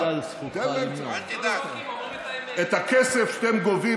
חבר הכנסת סובה, קריאה שנייה.